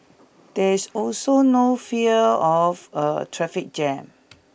there's also no fear of a traffic jam